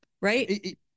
right